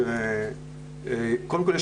קודם כל,